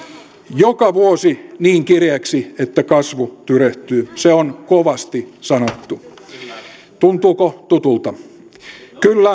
joka vuosi niin kireäksi että kasvu tyrehtyy se on kovasti sanottu tuntuuko tutulta kyllä